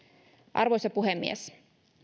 arvoisa puhemies